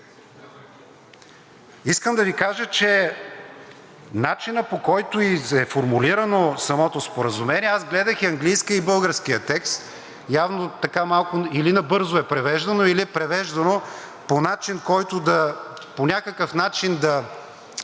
Искам да Ви кажа за начина, по който е формулирано самото споразумение. Аз гледах и английския, и българския текст, явно или набързо е превеждано, или е превеждано по някакъв начин да